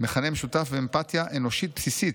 מכנה משותף ואמפתיה אנושית בסיסית.